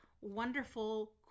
wonderful